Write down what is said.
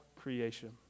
creation